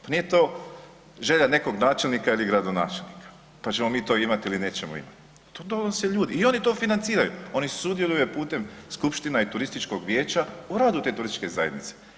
Pa nije to želja nekog načelnika ili gradonačelnika pa ćemo mi to imati ili nećemo imati, to donose ljudi i oni to financiraju, oni sudjeluju putem skupština i turističkog vijeća o radu te turističke zajednice.